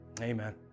amen